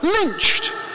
lynched